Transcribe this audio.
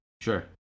Sure